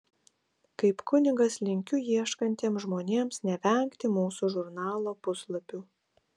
kaip kunigas linkiu ieškantiems žmonėms nevengti mūsų žurnalo puslapių